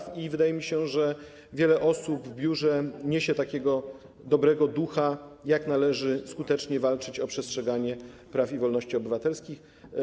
Wydaje mi się, że wiele osób w biurze wnosi takiego dobrego ducha, jak należy skutecznie walczyć o przestrzeganie praw i wolności obywatelskich.